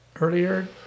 earlier